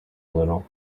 little